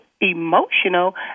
emotional